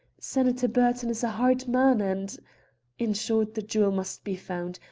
senator burton is a hard man and in short, the jewel must be found.